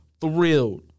thrilled